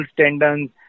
tendons